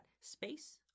space